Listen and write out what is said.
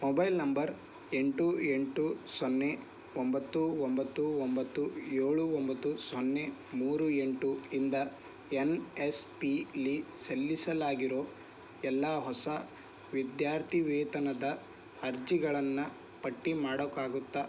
mobile number ಎಂಟು ಎಂಟು ಸೊನ್ನೆ ಒಂಬತ್ತು ಒಂಬತ್ತು ಒಂಬತ್ತು ಏಳು ಒಂಬತ್ತು ಸೊನ್ನೆ ಮೂರು ಎಂಟು ಇಂದ ಎನ್ ಎಸ್ ಪಿಲಿ ಸಲ್ಲಿಸಲಾಗಿರೊ ಎಲ್ಲ ಹೊಸ ವಿದ್ಯಾರ್ಥಿ ವೇತನದ ಅರ್ಜಿಗಳನ್ನು ಪಟ್ಟಿ ಮಾಡೋಕ್ಕಾಗುತ್ತ